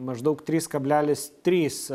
maždaug trys kablelis trys